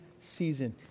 season